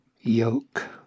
yoke